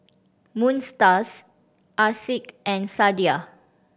Moon Star Asic and Sadia